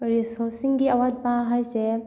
ꯔꯤꯁꯣꯁꯁꯤꯡꯒꯤ ꯑꯋꯥꯠꯄ ꯍꯥꯏꯁꯦ